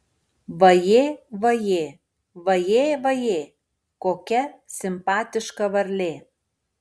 vajė vajė vajė vajė kokia simpatiška varlė